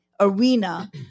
arena